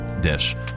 dish